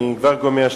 ואני כבר גומר,